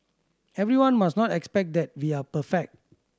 everyone must not expect that we are perfect